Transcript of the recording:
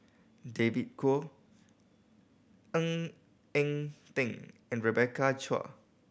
David Kwo Ng Eng Teng and Rebecca Chua